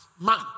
man